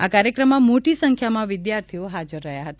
આ કાર્યક્રમમાં મોટી સંખ્યામાં વિદ્યાર્થીઓ હાજર રહ્યા હતા